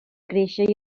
créixer